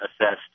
assessed